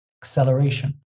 acceleration